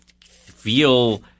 feel